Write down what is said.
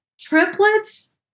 triplets